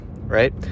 right